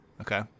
Okay